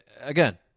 again